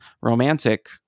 Romantic